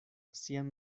sian